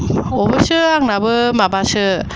अबैसो आंनाबो माबासो